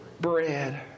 bread